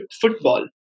football